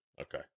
Okay